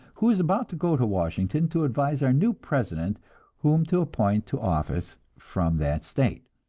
who is about to go to washington to advise our new president whom to appoint to office from that state.